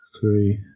three